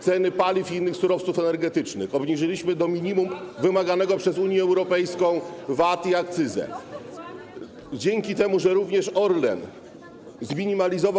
ceny paliw i innych surowców energetycznych, obniżyliśmy do minimum wymaganego przez Unię Europejską VAT i akcyzę, dzięki temu, że również Orlen zminimalizował.